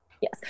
Yes